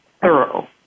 thorough